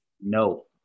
No